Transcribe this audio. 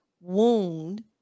wound